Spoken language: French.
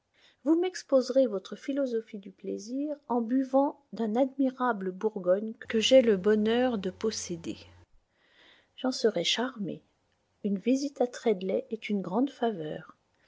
vous m'exposerez votre philosophie du plaisir en buvant d'un admirable bourgogne que j'ai le bonheur de posséder j'en serai charmé une visite à treadley est une grande faveur